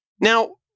Now